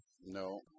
No